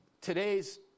today's